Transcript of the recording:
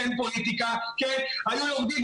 כן פוליטיקה - היו יורדים,